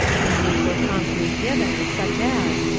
and these were promptly given, such as,